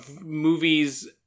movies